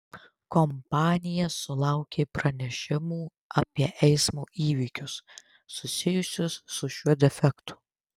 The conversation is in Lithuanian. kompanija sulaukė pranešimų apie eismo įvykius susijusius su šiuo defektu